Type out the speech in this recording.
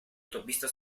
autopista